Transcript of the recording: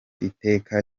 iteka